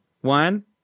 one